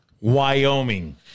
Wyoming